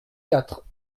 quatre